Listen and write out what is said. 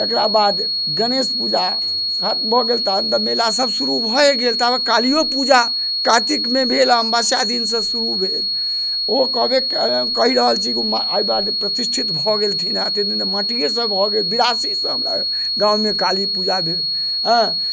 तेकरा बाद गणेश पूजा भऽ गेल तहन तऽ मेला सभ शुरू भए गेल ताबे कालियो पूजा कातिकमे भेल अमावस्या दिन से शुरू भेल ओ कहबे कहि रहल छी एहि दुआरे प्रतिष्ठित भऽ गेलथिन हेँ अते दिन माटिये सऽ भऽ गेल बिरासी से हमरा गाँवमे काली पूजा भेल एँ